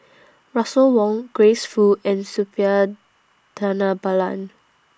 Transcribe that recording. Russel Wong Grace Fu and Suppiah Dhanabalan